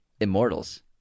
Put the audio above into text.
Immortals